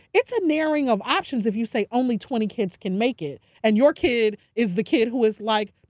it's a narrowing of options, if you say only twenty kids can make it. and your kid is the kid who is like,